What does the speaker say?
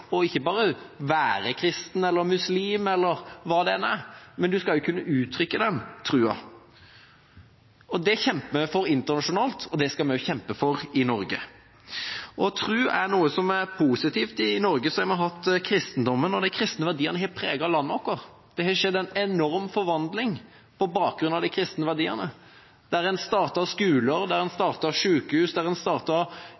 ikke bare til å være kristen eller muslim eller hva det enn er, men en skal også kunne uttrykke den troen. Det kjemper vi for internasjonalt, og det skal vi også kjempe for i Norge. Å tro er noe som er positivt. I Norge har vi hatt kristendommen, og de kristne verdiene har preget landet vårt. Det har skjedd en enorm forvandling på bakgrunn av de kristne verdiene, der en starter skoler, der en starter sykehus, der en